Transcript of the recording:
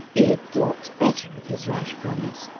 he had thought better of his rash promise.